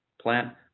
plant